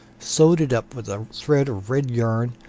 sewed it up with a thread of red yarn,